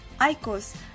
Aiko's